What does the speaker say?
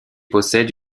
possède